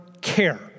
care